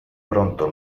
pronto